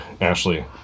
Ashley